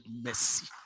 mercy